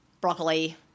broccoli